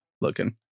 looking